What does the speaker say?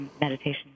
meditation